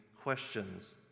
questions